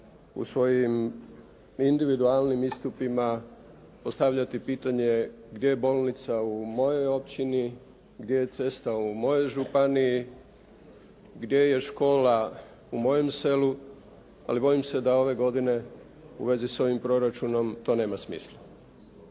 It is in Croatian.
u svojim individualnim istupima postavljati pitanje gdje je bolnica u mojoj općini, gdje je cesta u mojoj županiji, gdje je škola u mojem selu ali bojim se da ove godine u vezi s ovim proračunom to nema smisla.